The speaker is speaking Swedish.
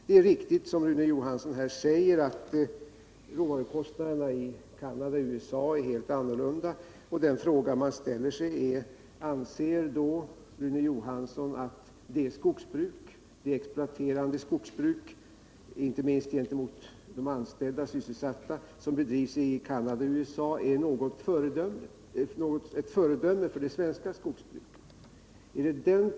Det är riktigt, som Rune Johansson här säger, att råvarukostnaderna i Canada och USA är helt annorlunda. Den fråga man ställer är följande: Anser Rune Johansson att det exploaterande skogsbruk som bedrivs i Canada och USA är, inte minst med tanke på de anställda, ett föredöme för det svenska skogsbruket?